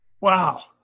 Wow